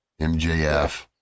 MJF